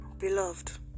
beloved